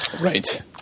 Right